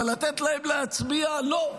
אבל לתת להם להצביע לא.